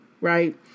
Right